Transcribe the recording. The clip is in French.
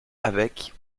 avec